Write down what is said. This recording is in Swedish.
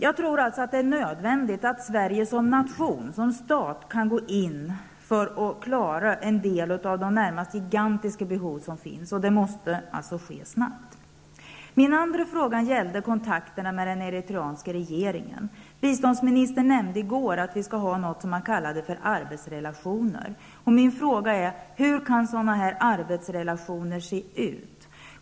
Jag tror alltså att det är nödvändigt att Sverige som nation, som stat, kan gå in för att klara en del av de närmast gigantiska behov som finns, och det måste alltså ske snabbt. Min andra fråga gällde kontakten med den eritreanska regeringen. Biståndsministern nämnde i går att vi skall ha något som han kallade för arbetsrelationer, och min fråga är: Hur kan sådana relationer se ut?